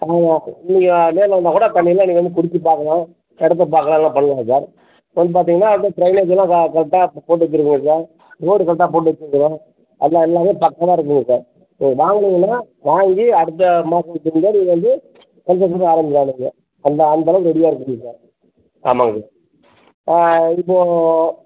ஆமாங்க நீங்கள் நேரில் வந்தால் கூட பண்ணிடலாம் நீங்கள் வந்து பிரித்துப் பாருங்கள் இடத்தை பார்க்கலாம் எல்லாம் பண்ணலாம் சார் வந்து பார்த்தீங்கன்னா இந்த ட்ரைனேஜெல்லாம் கரெக்டாக போ போட்டு வைச்சுருக்கோம் சார் போர் கரெக்டாக போட்டு வைச்சுருக்கோம் அதெலாம் எல்லாமே பக்காவாக இருக்குங்க சார் நீங்கள் வாங்குனீங்கன்னால் வாங்கி அடுத்த மாதத்துக்குள்ள நீங்கள் வந்து கன்ஸ்ட்ரக்ஷன் ஆரம்பிக்கலாம் நீங்கள் அந்த அந்தளவுக்கு ரெடியாக இருக்குதுங்க சார் ஆமாங்க சார் ஆ இப்போது